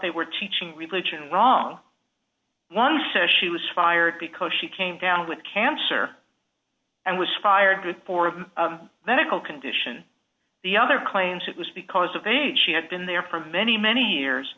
they were teaching religion wrong one says she was fired because she came down with cancer and was fired for a medical condition the other claims it was because of age she had been there for many many years